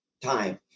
time